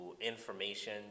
information